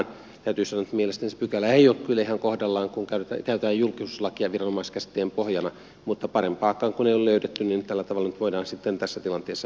täytyy sanoa että mielestäni se pykälä ei ole kyllä ihan kohdallaan kun käytetään julkisuuslakia viranomaiskäsitteen pohjana mutta parempaakaan kun ei ole löydetty niin tällä tavalla nyt voidaan sitten tässä tilanteessa menetellä